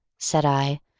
said i,